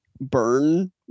burn